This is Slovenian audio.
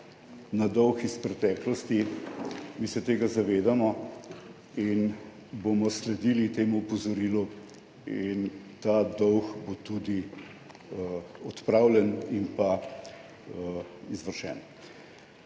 na dolg iz preteklosti, mi se tega zavedamo in bomo sledili temu opozorilu in ta dolg bo tudi odpravljen in izvršen.